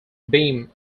beam